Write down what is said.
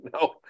No